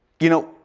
you know,